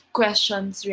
questions